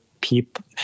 people